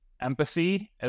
empathy